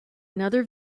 another